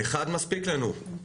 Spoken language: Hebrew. אחד מספיק לנו.